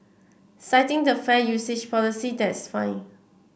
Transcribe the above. citing the fair usage policy that's fine